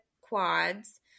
quads